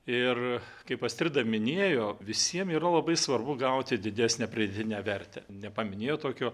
ir kaip astrida minėjo visiem yra labai svarbu gauti didesnę pridėtinę vertę nepaminėjo tokio